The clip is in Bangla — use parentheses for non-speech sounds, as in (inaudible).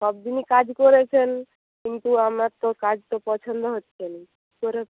সব দিনই কাজ করেছেন কিন্তু আমার তো কাজ তো পছন্দ হচ্ছে না (unintelligible)